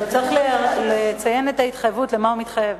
הוא צריך לציין את ההתחייבות לְמה הוא מתחייב.